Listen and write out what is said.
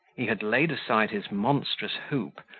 he had laid aside his monstrous hoop,